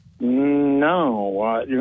No